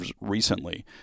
recently